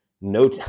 no